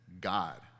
God